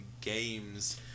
Games